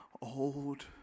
old